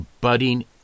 budding